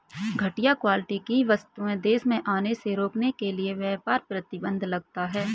घटिया क्वालिटी की वस्तुएं देश में आने से रोकने के लिए व्यापार प्रतिबंध लगता है